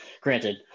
granted